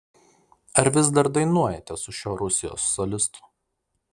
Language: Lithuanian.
ar vis dar dainuojate su šiuo rusijos solistu